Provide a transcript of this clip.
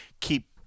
keep